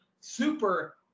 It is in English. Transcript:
super